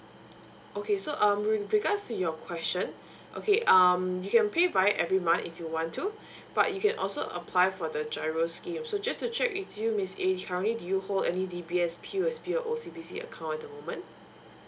okay so um with regards to your question okay um you can pay via every month if you want to but you can also apply for the GIRO scheme so just to check with you miss a currently do you hold any D_B_S P_O_S_B or O_C_B_C account at the moment